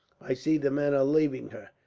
i see the men are leaving her.